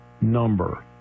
number